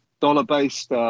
dollar-based